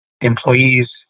employees